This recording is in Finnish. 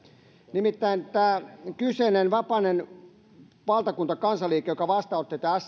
nimittäin tämä kyseinen vapaiden valtakunta kansanliike joka vastaanotti tämän